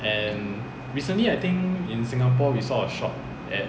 and recently I think in singapore we saw a shop at